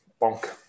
bonk